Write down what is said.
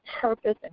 purpose